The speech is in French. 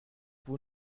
vous